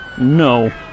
No